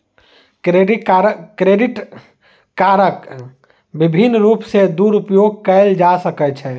credit कार्डक विभिन्न रूप सॅ दुरूपयोग कयल जा सकै छै